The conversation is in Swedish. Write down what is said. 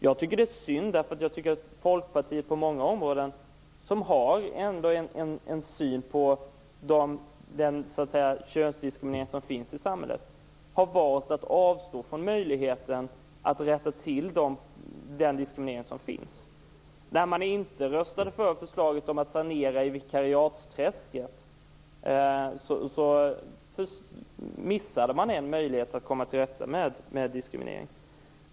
Jag tycker att det är synd att Folkpartiet, som på många områden har åsikter om den könsdiskriminering som finns i samhället, har valt att avstå från möjligheten att rätta till förhållandet. När Folkpartiet inte röstade för förslaget om att sanera i vikariatsträsket, missade man en möjlighet att komma till rätta med diskrimineringen.